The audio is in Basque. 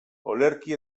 olerki